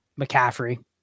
McCaffrey